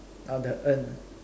ah the urn